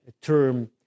term